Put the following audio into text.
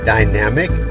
Dynamic